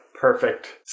perfect